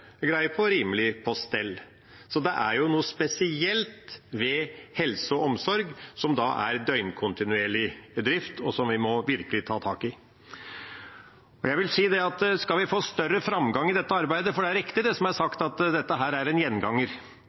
på, rimelig på stell. Så det er noe spesielt med helse- og omsorgssektoren, som har døgnkontinuerlig drift, og som vi virkelig må ta tak i. Skal vi få større framgang i dette arbeidet – for det er riktig, som har blitt sagt, at dette er en gjenganger